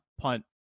punt